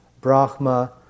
Brahma